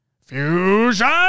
Fusion